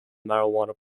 marijuana